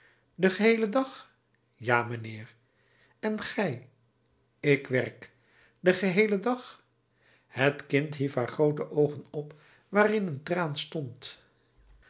den geheelen dag ja mijnheer en gij ik werk den geheelen dag het kind hief haar groote oogen op waarin een traan stond